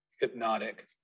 hypnotic